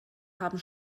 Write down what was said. haben